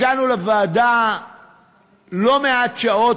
הגענו לוועדה ללא-מעט שעות,